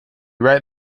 right